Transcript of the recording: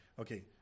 okay